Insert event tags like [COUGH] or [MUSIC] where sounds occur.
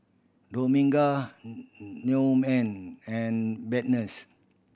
Dominga [UNINTELLIGIBLE] Newman and Barnett